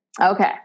Okay